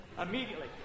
Immediately